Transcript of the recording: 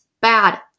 bad